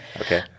Okay